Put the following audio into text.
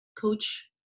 Coach